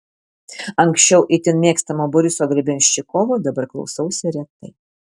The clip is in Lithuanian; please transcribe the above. anksčiau itin mėgstamo boriso grebenščikovo dabar klausausi retai